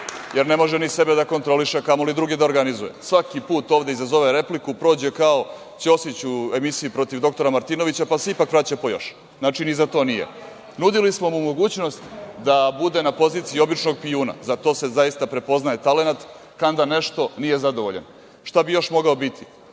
jer ne može ni sebe da kontroliše, a kamoli da druge organizuje. Svaki put ovde izazove repliku, prođe kao Đosić u emisiji protiv dr Martinovića, pa se ipak vraća po još. Znači, ni za to nije. Nudili smo mu mogućnost da bude na poziciji običnog pijuna. Za to se zaista prepoznaje talenat, kanda nešto nije zadovoljan. Šta bi još mogao biti?